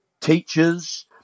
teachers